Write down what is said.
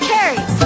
Carrie